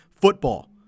football